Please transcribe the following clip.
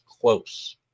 close